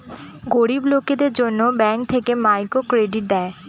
গরিব লোকদের জন্য ব্যাঙ্ক থেকে মাইক্রো ক্রেডিট দেয়